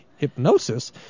Hypnosis